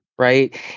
right